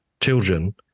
children